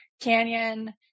Canyon